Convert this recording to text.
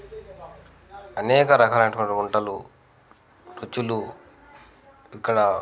అనేక రకాలైనటువంటి వంటలు రుచులు ఇక్కడ